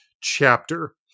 chapter